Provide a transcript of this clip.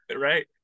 Right